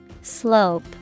Slope